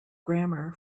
grammar